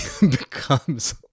becomes